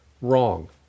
wrong